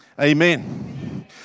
Amen